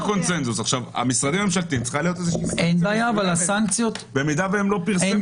על משרדי הממשלה צריכה להיות איזו סנקציה אם הם לא פרסמו.